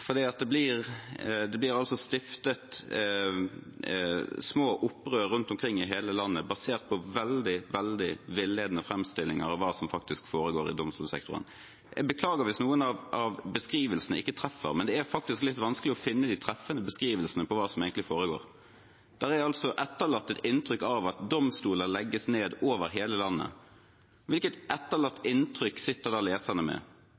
for det blir altså stiftet små opprør rundt omkring i hele landet, basert på veldig, veldig villedende fremstillinger av hva som faktisk foregår i domstolsektoren. Jeg beklager hvis noen av beskrivelsene ikke treffer, men det er faktisk litt vanskelig å finne de treffende beskrivelsene av hva som egentlig foregår. Det er etterlatt et inntrykk av at domstoler legges ned over hele landet. Hvilket inntrykk sitter man igjen med